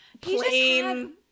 plain